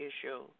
issue